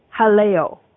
Haleo